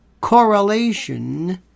correlation